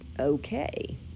okay